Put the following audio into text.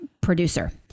producer